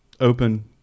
open